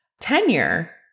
tenure